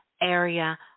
area